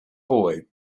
boy